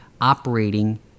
operating